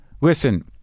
Listen